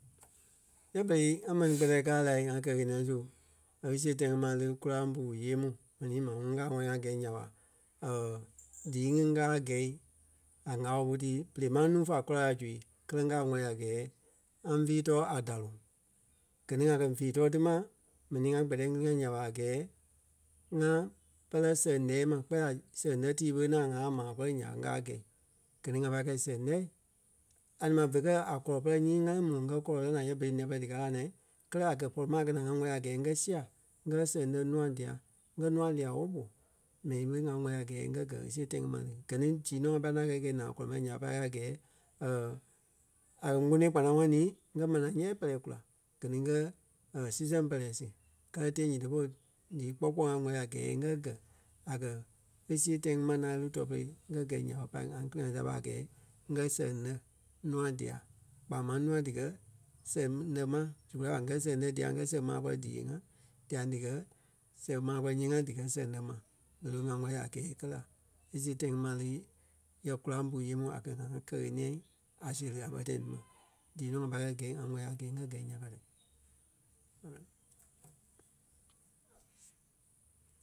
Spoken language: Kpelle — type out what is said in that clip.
Yɛ berei ŋa mɛnii kpɛtɛɛ káa la ŋa kɛ-ɣeniɛi su e siɣe tãi ŋí ma e lí kóraŋ puu yêei mu. M̀ɛni maa ŋuŋ ŋgaa wɛ́li ŋa ŋ́gɛ nya ɓa dii ŋí ŋgaa gɛi a ŋâla woo ɓo tii berei máŋ nuu fá kula la zu kɛ́lɛ ŋgaa wɛli a gɛɛ ŋa fii-too a daloŋ. Gɛ ni ŋa kɛ́ fíi-too ti ma, m̀ɛnii ŋa kpɛtɛ ŋili-ŋa nya ɓa a gɛɛ ŋa pɛlɛ sɛŋ lɛɛi ma kpɛɛ la sɛŋ lɛ́ tii ɓé ŋaŋ ŋa maa kɔ́ri nya ɓé ŋgaa gɛ̀i. Gɛ ni ŋa pâi kɛ̂i sɛŋ lɛ́, a ni ma fé kɛ̀ a kɔlɔ pɔrɔŋ nyii ŋa lí mu ŋ́gɛ kɔlɔ lɛ́ naa yɛ berei nîa-pɛlɛɛ díkaa la naa. Kɛ́lɛ a kɛ̀ pɔri ma a kɛ̀ naa ŋa wɛli a gɛɛ ŋ́gɛ sia ŋ́gɛ sɛŋ lɛ́ nûa dia, ŋ́gɛ nûa lîa-woo ɓo. M̀ɛnii ɓé ŋa wɛli a gɛɛ ŋ́gɛ gɛ̀ e siɣe tãi ŋí ma le. Gɛ ni dii nɔ ŋa pai ŋaŋ kɛi gɛ́i naa kɔlɔ ma nya ɓé pai a gɛɛ a kɛ̀ kponoi kpanaŋɔɔi nii ŋ́gɛ manaa ɣɛɛ pɛlɛɛ kula gɛ ni ŋ́gɛ sii sɛŋ pɛlɛɛ si. Kɛlɛ tee nyiti polu dii kpɔ́ kpɔɔi ŋa wɛli a gɛɛ ŋ́gɛ gɛ́ a kɛ e siɣe tãi ŋí ma ŋaŋ e lí tûɛ-pere ŋ́gɛ gɛ́ nya ɓa pai ŋa kili-ŋa sia ɓa a gɛɛ ŋ́gɛ sɛŋ lɛ́ nûa dia. Kpaa máŋ nûa díkɛ sɛŋ lɛ́ mai zu kulai ɓa ŋ́gɛ sɛŋ dia ŋ́gɛ maa kɔri díyee-ŋa diaŋ díkɛ sɛŋ maa kɔri yée-ŋa díkɛ sɛŋ lɛ́ ma. Berei ɓé ŋa wɛli a gɛɛ e kɛ́ la. E siɣe tãi ŋí ma e lí yɛ kóraŋ puu yêei mu a kɛ̀ ŋa ŋá kɛ-ɣeniɛi a séri a bɛ tãi ti ma. Dii nɔ ŋa pâi kɛ gɛ́i ŋa wɛli a gɛɛ ŋa ŋ́gɛ nya ka ti.